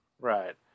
Right